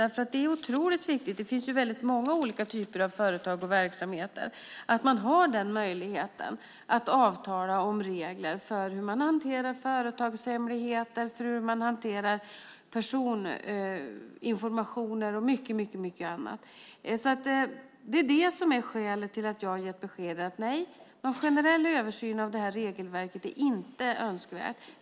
Det är nämligen otroligt viktigt - det finns väldigt många olika typer av företag och verksamheter - att man har den möjligheten att avtala om regler för hur man hanterar företagshemligheter, personinformation och mycket annat. Det är detta som är skälet till att jag har gett beskedet att någon generell översyn av detta regelverk inte är önskvärt.